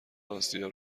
آسیا